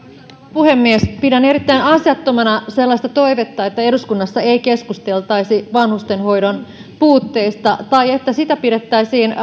puhemies pidän erittäin asiattomana sellaista toivetta että eduskunnassa ei keskusteltaisi vanhustenhoidon puutteista tai että sitä pidettäisiin